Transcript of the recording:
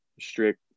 strict